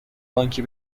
بانکی